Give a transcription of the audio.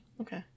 Okay